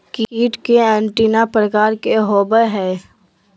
कीट के एंटीना प्रकार कि होवय हैय?